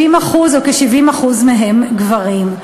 כ-70% מהם גברים.